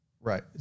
Right